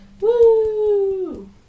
Woo